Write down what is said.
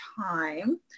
time